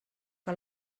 que